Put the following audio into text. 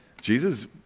Jesus